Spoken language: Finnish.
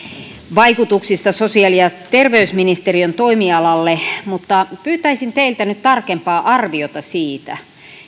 vaikutuksista sosiaali ja terveysministeriön toimialalle mutta pyytäisin teiltä nyt tarkempaa arviota siitä